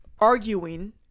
arguing